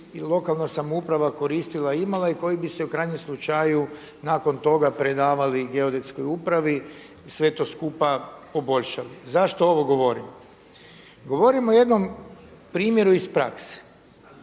lokalna samouprava koristila i imala i koji bi se u krajnjem slučaju nakon toga predali Geodetskoj upravi i sve to skupa poboljšali. Zašto ovo govorim? Govorim o jednom primjeru iz prakse.